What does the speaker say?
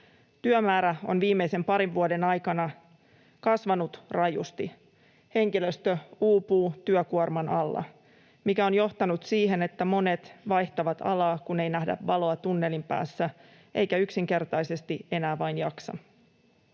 Työmäärä on viimeisen parin vuoden aikana kasvanut rajusti. Henkilöstö uupuu työkuorman alla, mikä on johtanut siihen, että monet vaihtavat alaa, kun ei nähdä valoa tunnelin päässä eikä yksinkertaisesti enää vain jaksa.